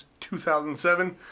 2007